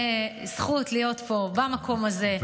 בזכות להיות פה במקום הזה ולשמור,